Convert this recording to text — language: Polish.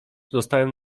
zostałem